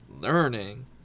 Learning